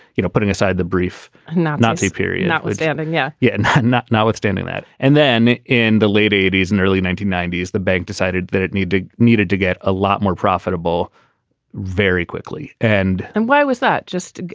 you know, putting aside the brief, not nazi period notwithstanding. yeah, yeah and hudnut notwithstanding that. and then in the late eighty s and early nineteen ninety s, the bank decided that it needed needed to get a lot more profitable very quickly. and and why was that just.